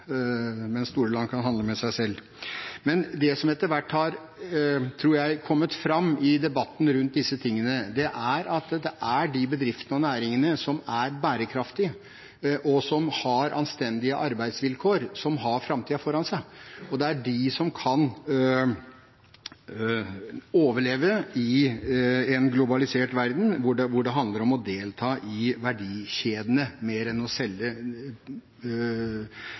store land kan handle med seg selv. Men det som etter hvert har – tror jeg – kommet fram i debatten rundt disse tingene, er at det er de bedriftene og næringene som er bærekraftige, og som har anstendige arbeidsvilkår, som har framtiden foran seg. Det er de som kan overleve i en globalisert verden, hvor det mer handler om å delta i verdikjedene enn å selge